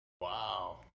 wow